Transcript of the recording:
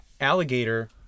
alligator